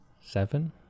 Seven